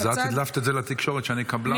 אז זה את הדלפת את זה לתקשורת שאני קבלן וזה.